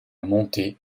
montée